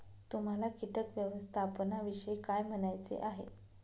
तुम्हाला किटक व्यवस्थापनाविषयी काय म्हणायचे आहे?